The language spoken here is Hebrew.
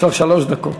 יש לך שלוש דקות.